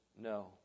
No